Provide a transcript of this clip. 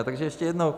Takže ještě jednou.